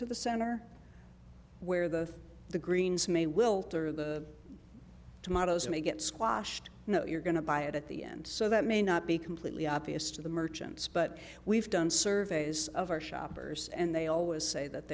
to the center where the the greens may wilt are the tomatoes may get squashed you know you're going to buy it at the end so that may not be completely obvious to the merchants but we've done surveys of our shoppers and they always say that